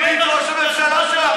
ראש הממשלה שלך.